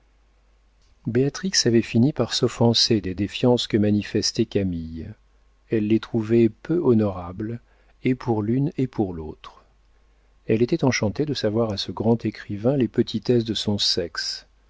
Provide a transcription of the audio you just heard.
avait fini par s'offenser des défiances que manifestait camille elle les trouvait peu honorables et pour l'une et pour l'autre elle était enchantée de savoir à ce grand écrivain les petitesses de son sexe